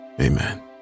Amen